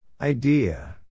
Idea